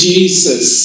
Jesus